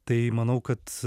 tai manau kad